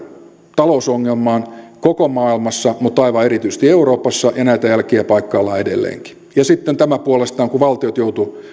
talousongelmaan koko maailmassa mutta aivan erityisesti euroopassa ja näitä jälkiä paikkaillaan edelleenkin sitten tämä puolestaan kun valtiot joutuivat